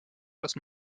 los